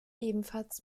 ebenfalls